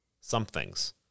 somethings